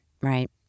Right